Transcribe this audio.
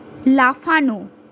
লাফানো